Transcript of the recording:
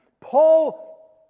Paul